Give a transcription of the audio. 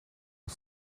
een